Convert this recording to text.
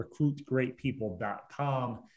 recruitgreatpeople.com